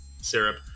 syrup